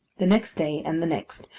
the next day, and the next,